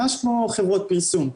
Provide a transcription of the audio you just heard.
ממש כמו חברות פרסום.